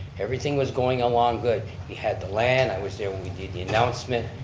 everything was going along good, we had the land, i was there when we did the announcement,